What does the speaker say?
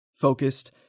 focused